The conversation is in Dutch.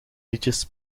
liedjes